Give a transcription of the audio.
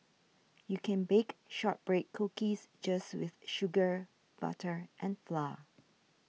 you can bake Shortbread Cookies just with sugar butter and flour